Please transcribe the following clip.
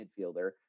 midfielder